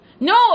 No